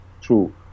true